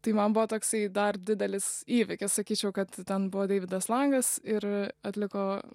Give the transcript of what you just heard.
tai man buvo toksai dar didelis įvykis sakyčiau kad ten buvo deividas langas ir atliko